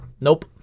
nope